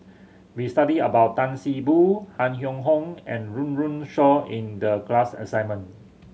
we studied about Tan See Boo Han Yong Hong and Run Run Shaw in the class assignment